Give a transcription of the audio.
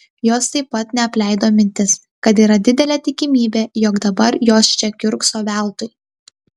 jos taip pat neapleido mintis kad yra didelė tikimybė jog dabar jos čia kiurkso veltui